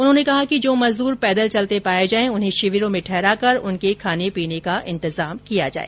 उन्होंने कहा कि जो मजदूर पैदल चलते पाये जाये उन्हें शिविरों में ठहराकर उनके खाने पीने का इंतजाम किया जाए